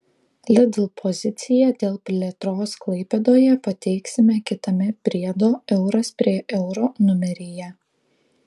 lidl poziciją dėl plėtros klaipėdoje pateiksime kitame priedo euras prie euro numeryje